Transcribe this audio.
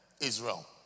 Israel